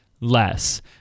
less